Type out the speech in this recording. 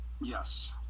Yes